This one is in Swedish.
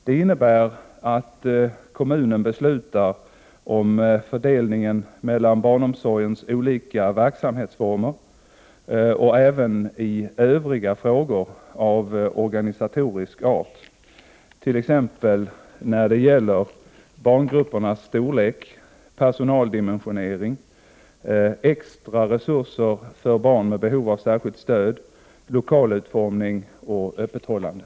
Det innebär att kommunen beslutar om fördelningen mellan barnomsorgens olika verksamhetsformer och även i övriga frågor av organisatorisk art, t.ex. när det gäller barngruppernas storlek, personaldimensionering, extra resurser för barn med behov av särskilt stöd, lokalutformning och öppethållande.